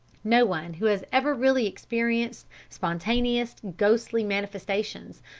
no one, who has ever really experienced spontaneous ghostly manifestations,